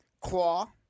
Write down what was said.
claw